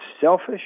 selfish